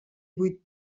vuit